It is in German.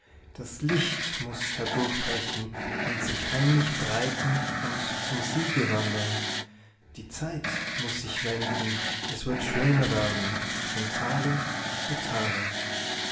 das licht muß herdurchbrechen und sich heimlich breiten und zum siege wandern die zeit muß sich wenden es wird schöner werden von tage zu tage